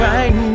Right